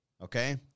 okay